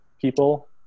people